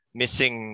missing